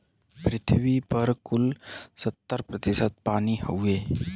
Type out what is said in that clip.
पृथ्वी पर कुल सत्तर प्रतिशत पानी हउवे